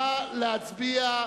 נא להצביע.